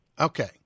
Okay